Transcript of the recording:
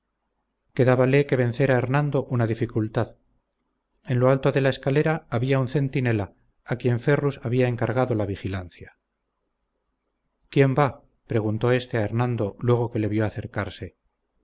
su presa quedábale que vencer a hernando una dificultad en lo alto de la escalera había un centinela a quien ferrus había encargado la vigilancia quién va preguntó éste a hernando luego que le vio acercarse